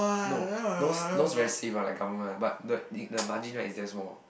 no those those very safe one like government ah but the the margin is damn small